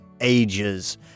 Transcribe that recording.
ages